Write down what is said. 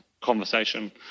conversation